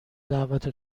دعوت